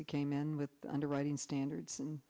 we came in with the underwriting standards and